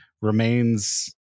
remains